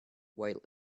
while